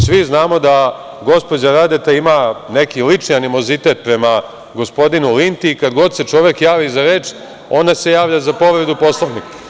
Svi znamo da gospođa Radeta ima neki lični animozitet prema gospodinu Linti i kad god se čovek javi za reč, ona se javlja za povredu Poslovnika.